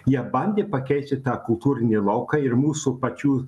jie bandė pakeisti tą kultūrinį lauką ir mūsų pačių